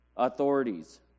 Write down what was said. authorities